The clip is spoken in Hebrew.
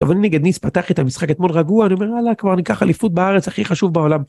אבל נגד ניס פתח את המשחק אתמול רגוע אני אומר יאללה כבר ניקח אליפות בארץ הכי חשוב בעולם.